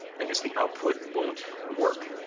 i guess the output won't work.